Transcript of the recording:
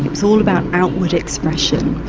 it was all about outward expression,